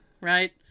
Right